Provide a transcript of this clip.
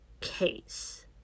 case